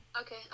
okay